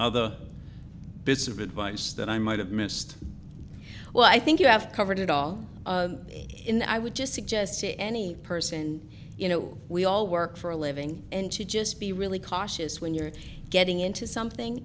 other bits of advice that i might have missed well i think you have covered it all in i would just suggest to any person you know we all work for a living and to just be really cautious when you're getting into something